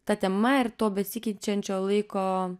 ta tema ir to besikeičiančio laiko